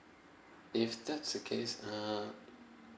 if that's the case uh